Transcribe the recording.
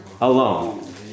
alone